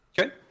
Okay